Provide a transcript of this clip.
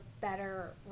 better